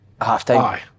half-time